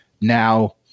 Now